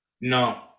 No